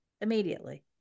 immediately